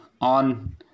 on